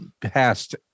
past